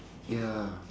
ya